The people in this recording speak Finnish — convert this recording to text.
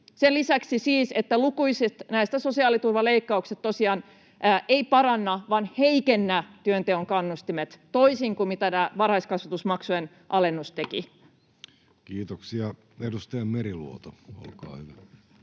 sen lisäksi siis, että lukuisat näistä sosiaaliturvaleikkauksista tosiaan eivät paranna vaan heikentävät työnteon kannustimia, toisin kuin mitä tämä varhaiskasvatusmaksujen alennus teki. [Speech 35] Speaker: Jussi Halla-aho